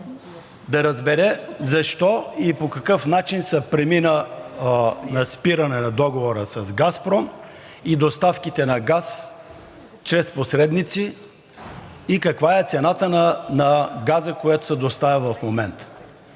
да разбере защо и по какъв начин се премина на спиране на договора с „Газпром“ и доставките на газ чрез посредници и каква е цената на газа, който се доставя в момента?